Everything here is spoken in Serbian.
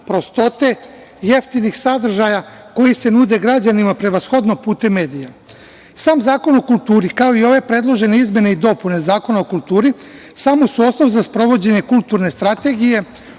prostote, jeftinih sadržaja koji se nude građanima, prevashodno putem medija. Sam Zakon o kulturi, kao i ove predložene izmene i dopune Zakona o kulturi samo su osnov za sprovođenje kulturne strategije,